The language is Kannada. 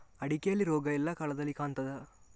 ಅಡಿಕೆಯಲ್ಲಿ ರೋಗ ಎಲ್ಲಾ ಕಾಲದಲ್ಲಿ ಕಾಣ್ತದ?